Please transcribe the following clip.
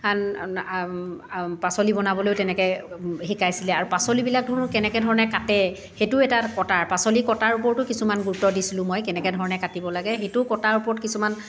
পাচলি বনাবলৈ তেনেকৈ শিকাইছিলে আৰু পাচলিবিলাকনো কেনেকৈ ধৰণে কাটে সেইটোও এটা কটাৰ পাচলি কটাৰ ওপৰতো কিছুমান গুৰুত্ব দিছিলোঁ মই কেনেকৈ ধৰণে কাটিব লাগে সেইটো কটাৰ ওপৰত কিছুমান